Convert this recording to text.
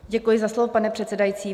Děkuji za slovo, pane předsedající.